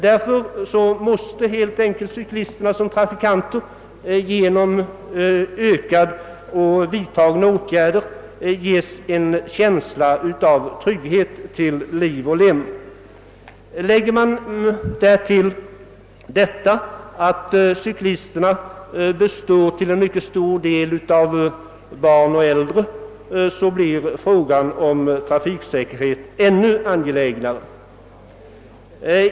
Därför måste helt enkelt sådana åtgärder vidtagas att cyklisterna som trafikanter kan få en känsla av trygghet till liv och lem. Lägger man därtill att cyklisterna till mycket stor del är barn och äldre blir frågan om trafiksäkerhet ännu angelägnare.